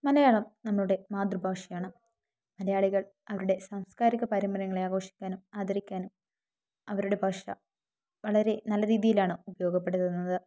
മലയാളം നമ്മുടെ മാതൃഭാഷയാണ് മലയാളികൾ അവരുടെ സാംസ്കാരിക പാരമ്പര്യങ്ങളെ ആഘോഷിക്കാനും ആദരിക്കാനും അവരുടെ ഭാഷ വളരെ നല്ല രീതിയിലാണോ ഉപയോഗപ്പെടുത്തുന്നത്